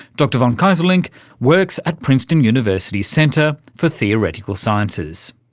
dr von keyserlingk works at princeton university's center for theoretical sciences.